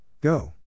Go